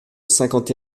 cinquante